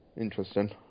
interesting